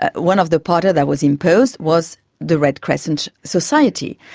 one of the part that was imposed was the red crescent society,